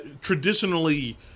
traditionally